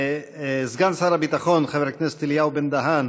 סגן שר הביטחון חבר הכנסת אליהו בן-דהן